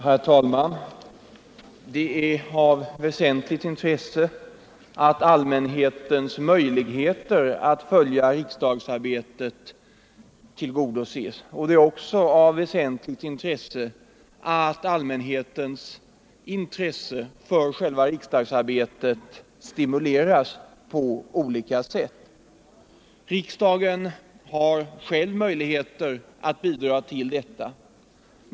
Herr talman! Det är av väsentlig betydelse att allmänhetens möjligheter att följa riksdagsarbetet tillgodoses liksom att allmänhetens intresse för själva riksdagsarbetet stimuleras på olika sätt. Riksdagen har själv möjligheter att bidra till detta.